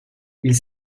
ils